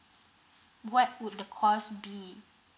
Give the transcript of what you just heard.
what would the cost be